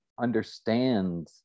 understand